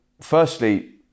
Firstly